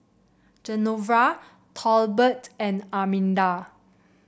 Genevra Tolbert and Arminda